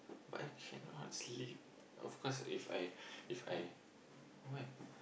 but I cannot sleep of course If I If I why